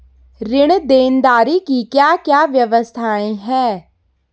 ऋण देनदारी की क्या क्या व्यवस्थाएँ हैं?